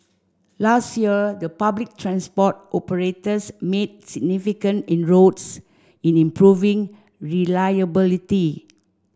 last year the public transport operators made significant inroads in improving reliability